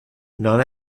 non